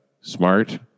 Smart